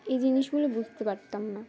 এই জিনিসগুলো বুঝতে পারতাম না